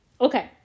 Okay